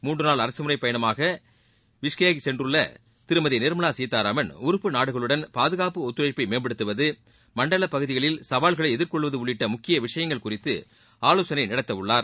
மூன்று நாள் அரசுமுறைப் பயணமாக பிஷ்கே சென்றுள்ள திருமதி நிர்மலா சீதாராமன் உறுப்பு நாடுகளுடன் பாதுகாப்பு ஒத்துழைப்பை மேம்படுத்துவது மண்டல பகுதிகளில் சவால்களை எதிர்கொள்வது உள்ளிட்ட முக்கிய விஷயங்கள் குறித்து ஆலோசனை நடத்த உள்ளார்